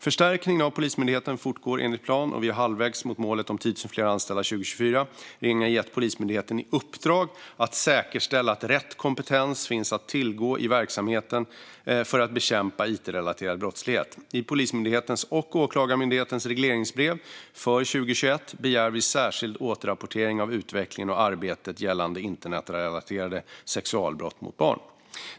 Förstärkningen av Polismyndigheten fortgår enligt plan, och vi är halvvägs mot målet om 10 000 fler anställda 2024. Regeringen har gett Polismyndigheten i uppdrag att säkerställa att rätt kompetens finns att tillgå i verksamheten för att bekämpa it-relaterad brottslighet. I Polismyndighetens och Åklagarmyndighetens regleringsbrev för 2021 begär vi särskild återrapportering av utvecklingen och arbetet gällande internetrelaterade sexualbrott mot barn.